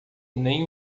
nem